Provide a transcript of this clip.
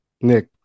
Nick